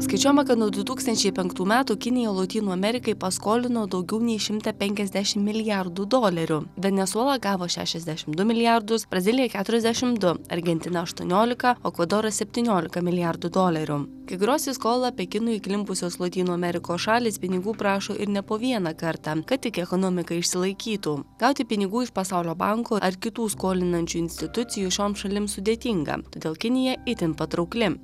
skaičiuojama kad nuo du tūkstančiai penktų metų kinija lotynų amerikai paskolino daugiau nei šimtą penkiasdešim milijardų dolerių venesuela gavo šešiasdešim du milijardus brazilija keturiasdešim du argentina aštuoniolika o ekvadoras septyniolika milijardų dolerių kai kurios į skolą pekinui įklimpusios lotynų amerikos šalys pinigų prašo ir ne po vieną kartą kad tik ekonomika išsilaikytų gauti pinigų iš pasaulio banko ar kitų skolinančių institucijų šioms šalims sudėtinga todėl kinija itin patraukli